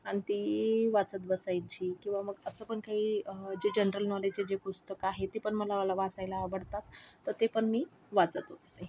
आणि ती वाचत बसायची किवा मग असं पण काही जे जनरल नॉलेजचे जे पुस्तकं आहेत ती पण मला वाचायला आवडतात तर ते पण मी वाचत होते ताई